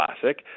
classic